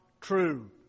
true